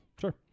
Sure